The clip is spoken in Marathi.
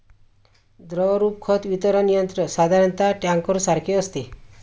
द्रवरूप खत वितरण यंत्र साधारणतः टँकरसारखे असते